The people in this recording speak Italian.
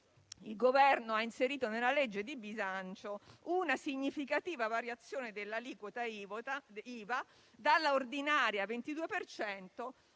il Governo ha inserito nella legge di bilancio una significativa variazione dell'aliquota IVA, dall'ordinaria al